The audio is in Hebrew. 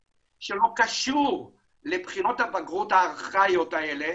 שלא קשור לבחינות הבגרות הארכאיות האלה,